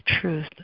truth